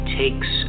takes